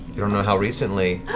you don't know how recently,